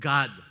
God